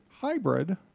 hybrid